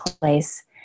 place